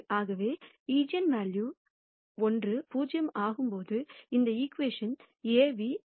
ஆகவே ஈஜென்வெல்யூக்களில் ஒன்று 0 ஆகும்போது இந்த ஈகிவேஷன் Aν 0 ஆகும்